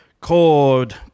chord